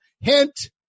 Hint